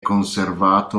conservato